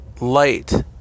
light